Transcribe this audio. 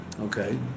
okay